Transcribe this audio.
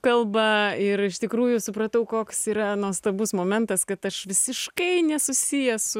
kalba ir iš tikrųjų supratau koks yra nuostabus momentas kad aš visiškai nesusijęs